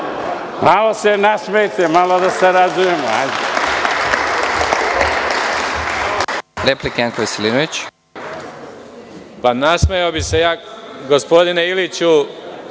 Malo se nasmejte, malo da sarađujemo.